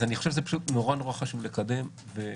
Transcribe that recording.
אני חושב שזה נורא נורא חשוב לקדם את זה,